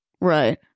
Right